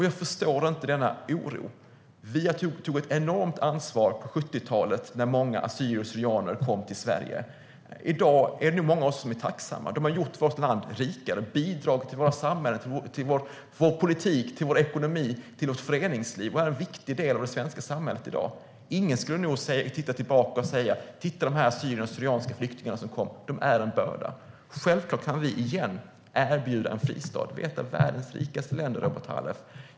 Jag förstår inte denna oro. Vi tog ett enormt ansvar på 70-talet när många assyrier och syrianer kom till Sverige. I dag är det många av oss som är tacksamma. De har gjort vårt land rikare och bidragit till våra samhällen, vår politik, vår ekonomi och vårt föreningsliv. De är en viktig del av det svenska samhället i dag. Ingen skulle nog titta tillbaka och säga: De assyriska och syrianska flyktingarna som kom är en börda. Vi kan självklart igen erbjuda en fristad. Vi är ett av världens rikaste länder, Robert Halef.